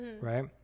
right